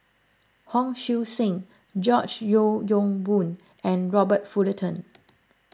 Hon Sui Sen George Yeo Yong Boon and Robert Fullerton